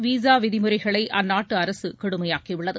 visa விதிமுறைகளை அந்த நாட்டு அரசு கடுமையாக்கியுள்ளது